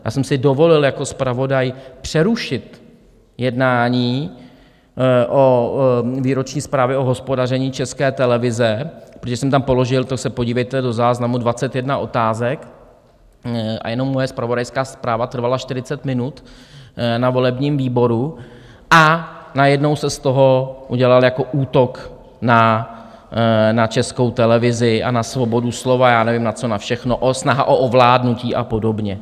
Já jsem si dovolil jako zpravodaj přerušit jednání o výroční zprávě o hospodaření České televize, protože jsem tam položil, to se podívejte do záznamu, 21 otázek a jenom moje zpravodajská zpráva trvala 40 minut, na volebním výboru, a najednou se z toho udělal útok na Českou televizi a na svobodu slova a já nevím na co všechno, snaha o ovládnutí a podobně.